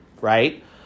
right